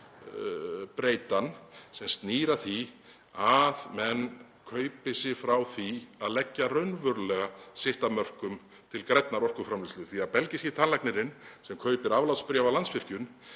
breytan sem snýr að því að menn kaupi sig frá því að leggja raunverulega sitt af mörkum til grænnar orkuframleiðslu því að belgíski tannlæknirinn sem kaupir aflátsbréf af Landsvirkjun